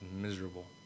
miserable